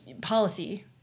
policy